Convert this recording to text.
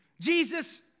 Jesus